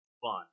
fun